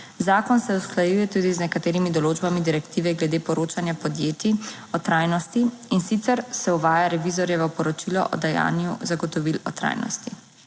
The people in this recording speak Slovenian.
Zakon se usklajuje tudi z nekaterimi določbami direktive glede poročanja podjetij o trajnosti, in sicer se uvaja revizorjevo poročilo o dajanju zagotovil o trajnosti.